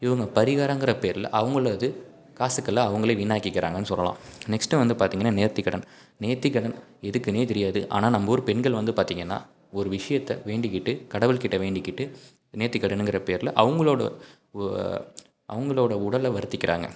இவங்க பரிகாரம்ங்கிற பேரில் அவங்களது காசுக்களை அவங்களே வீணாக்கிக்கிறாங்கனு சொல்லலாம் நெக்ஸ்ட்டு வந்து பார்த்திங்கன்னா நேர்த்திக்கடன் நேர்த்திக்கடன் எதுக்குன்னே தெரியாது ஆனால் நம்ம ஊர் பெண்கள் வந்து பார்த்திங்கன்னா ஒரு விஷயத்த வேண்டிக்கிட்டு கடவுள்கிட்ட வேண்டிக்கிட்டு நேர்த்திக்கடனுங்கிற பேரில் அவங்களோட அவங்களோட உடலை வருத்திக்கிறாங்க